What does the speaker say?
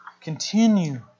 continue